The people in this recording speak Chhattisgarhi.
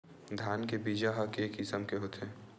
धान के बीजा ह के किसम के होथे?